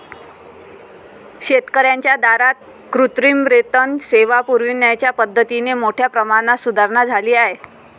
शेतकर्यांच्या दारात कृत्रिम रेतन सेवा पुरविण्याच्या पद्धतीत मोठ्या प्रमाणात सुधारणा झाली आहे